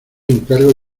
encargo